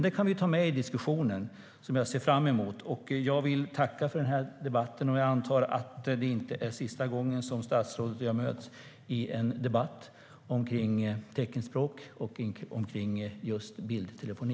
Det kan vi ta med i diskussionen, som jag ser fram emot. Jag tackar för debatten. Jag antar att det inte är sista gången som statsrådet och jag möts i en debatt om teckenspråk och just bildtelefoni.